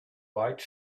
white